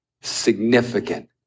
significant